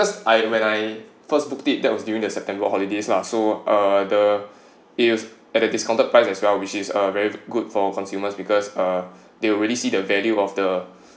first I when I first booked it that was during the september holidays lah so uh the deals at a discounted price as well which is uh very good for consumers because uh they already see the value of the